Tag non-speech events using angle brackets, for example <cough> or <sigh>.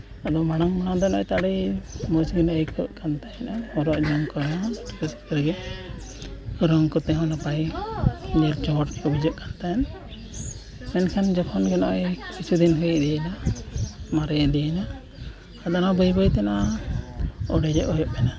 ᱢᱟᱲᱟᱝ ᱢᱟᱲᱟᱝ ᱫᱚ ᱢᱚᱡᱽ ᱜᱮ ᱟᱹᱭᱠᱟᱜ ᱠᱟᱱ ᱛᱟᱦᱮᱱᱟ ᱟᱫᱚ ᱟᱹᱞᱤᱧ ᱟᱨ ᱚᱱᱠᱟ ᱛᱮᱦᱚᱸ ᱱᱟᱯᱟᱭ ᱦᱚᱲ ᱠᱚ ᱵᱩᱡᱷᱟᱹᱜᱼᱟ ᱛᱟᱭᱱᱟ ᱢᱮᱱᱠᱷᱟᱱ ᱡᱚᱠᱷᱚᱱ ᱜᱮ ᱱᱚᱜᱼᱚᱭ ᱠᱤᱪᱷᱩ ᱦᱩᱭ ᱤᱫᱤᱭᱮᱱᱟ ᱢᱟᱨᱮ ᱤᱫᱤᱭᱮᱱᱟ ᱟᱫᱚ ᱱᱚᱣᱟ ᱵᱟᱹ ᱵᱟᱹᱭ ᱛᱮ ᱱᱚᱣᱟ <unintelligible> ᱦᱮᱡ ᱮᱱᱟ